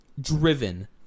driven